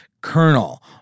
colonel